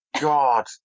God